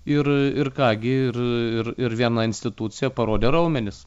ir ir ką gi ir ir ir viena institucija parodė raumenis